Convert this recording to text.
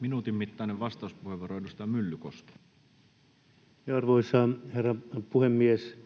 Minuutin mittainen vastauspuheenvuoro, edustaja Myllykoski. Arvoisa herra puhemies!